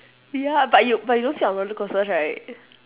ya but you but you don't sit on roller coasters right